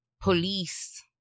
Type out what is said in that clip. police